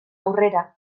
aurrera